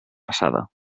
passada